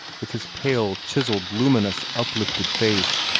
with his pale, chiselled, luminous, uplifted face,